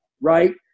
right